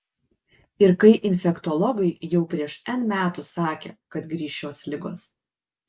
ir kai infektologai jau prieš n metų sakė kad grįš šios ligos